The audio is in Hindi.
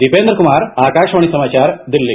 दीपेन्द्र कुमार आकाशवाणी समाचार दिल्ली